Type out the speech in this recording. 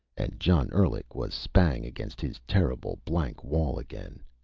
and john endlich was spang against his terrible, blank wall again.